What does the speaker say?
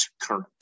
current